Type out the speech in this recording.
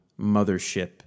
mothership